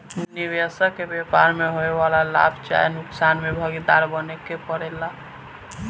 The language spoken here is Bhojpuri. निबेसक के व्यापार में होए वाला लाभ चाहे नुकसान में भागीदार बने के परेला